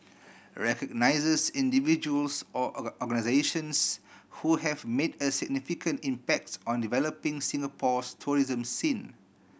recognises individuals or or organisations who have made a significant impacts on developing Singapore's tourism scene